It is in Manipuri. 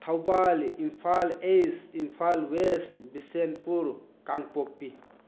Thoubal Imphal East Imphal West Bishnupur Kangpokpi